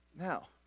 Now